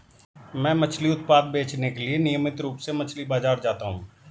मैं मछली उत्पाद बेचने के लिए नियमित रूप से मछली बाजार जाता हूं